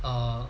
err